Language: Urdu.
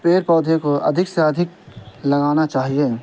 پیڑ پودے کو ادھک سے ادھک لگانا چاہیے